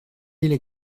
mille